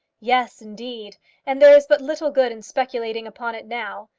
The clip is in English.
yes, indeed and there is but little good in speculating upon it now.